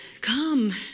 come